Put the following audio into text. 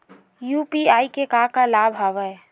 UPI के का का लाभ हवय?